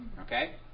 Okay